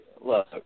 look